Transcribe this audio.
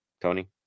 Tony